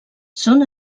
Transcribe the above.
són